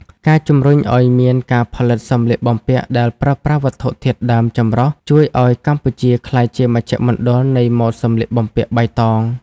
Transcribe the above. ការជំរុញឱ្យមានការផលិតសម្លៀកបំពាក់ដែលប្រើប្រាស់វត្ថុធាតុដើមចម្រុះជួយឱ្យកម្ពុជាក្លាយជាមជ្ឈមណ្ឌលនៃម៉ូដសម្លៀកបំពាក់បៃតង។